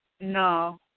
No